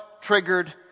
triggered